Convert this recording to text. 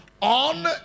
on